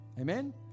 Amen